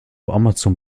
amazon